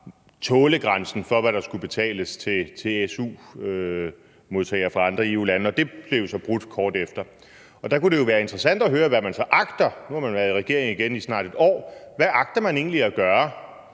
tålegrænsen for, hvad der skulle betales til su-modtagere fra andre lande, og det blev jo så brudt kort efter. Der kunne det jo være interessant at høre, hvad man så agter at gøre, nu, hvor man har været i regering i snart et år. Hvad agter man egentlig at gøre?